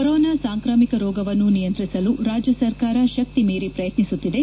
corona ಸಾಂಕ್ರಾಮಿಕ ರೋಗವನ್ನು ನಿಯಂತ್ರಿಸಲು ರಾಜ್ಯ ಸರ್ಕಾರ ಶಕ್ತಿ ಮೀರಿ ಪ್ರಯತ್ನಿಸುತ್ತಿದೆ